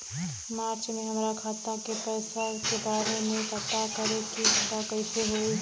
मार्च में हमरा खाता के पैसा के बारे में पता करे के बा कइसे होई?